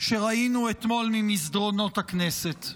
שראינו אתמול ממסדרונות הכנסת.